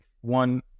one